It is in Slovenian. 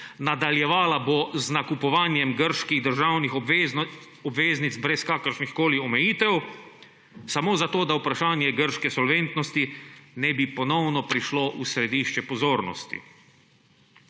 nadaljevala bo z nakupovanjem grških državnih obveznic brez kakršnihkoli omejitev, samo zato da vprašanje grške solventnosti ne bi ponovno prišlo v središče pozornosti.